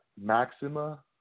maxima